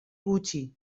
gutxi